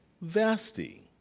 Vasti